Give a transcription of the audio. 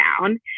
down